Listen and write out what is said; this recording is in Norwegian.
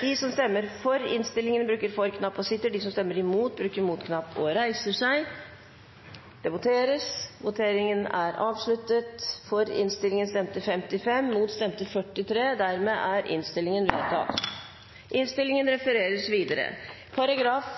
de vil stemme imot. Det voteres over §